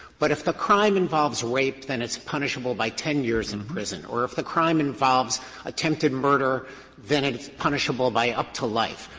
but if the crime involves rape then it's punishable by ten years in prison, or if the crime involves attempted murder then it's punishable by up to life.